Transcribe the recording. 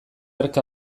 hark